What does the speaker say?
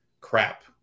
crap